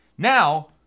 Now